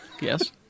Yes